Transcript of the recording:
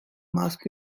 masks